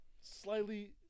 slightly